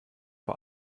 vor